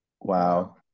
Wow